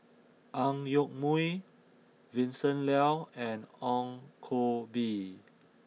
Ang Yoke Mooi Vincent Leow and Ong Koh Bee